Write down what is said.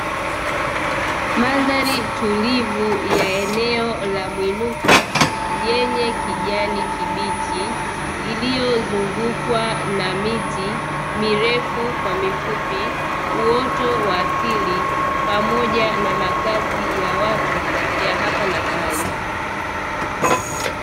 Mandhari tulivu ya eneo la mwinuko yenye kijani kibichi, liliyozungukwa na miti mirefu kwa mifupi, uoto wa asili pamoja na makazi ya watu ya hapa na pale.